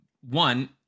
one